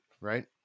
right